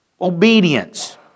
obedience